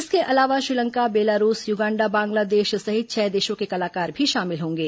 इसके अलावा Sri Lanka Belarus Uganda Bangladesh सहित छह देशों के कलाकार भी शामिल होंगे